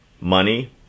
money